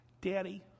Daddy